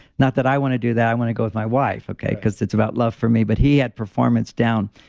not that i want to do that. i want to go with my wife, okay, because it's about love for me. but he had performance down.